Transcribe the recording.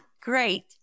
Great